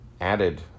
added